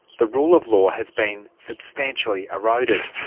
the rule of law has been substantially eroded.